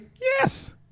Yes